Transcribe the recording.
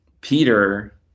Peter